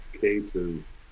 cases